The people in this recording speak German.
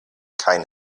keine